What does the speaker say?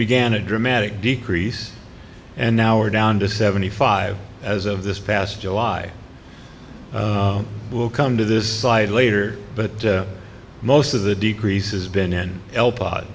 began a dramatic decrease and now we're down to seventy five as of this past july will come to this side later but most of the decreases been in el po